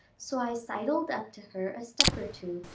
so i sidled up to her a step or two,